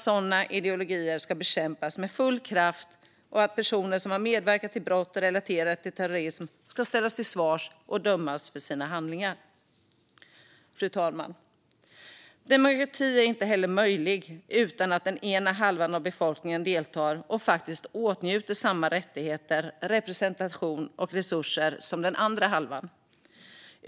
Sådana ideologier ska bekämpas med full kraft, och personer som har medverkat till brott relaterade till terrorism ska ställas till svars och dömas för sina handlingar. Fru talman! Demokrati fungerar inte om inte den ena halvan av befolkningen deltar och faktiskt åtnjuter rättigheter, representation och resurser på samma sätt som den andra halvan gör.